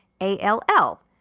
A-L-L